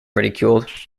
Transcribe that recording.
ridiculed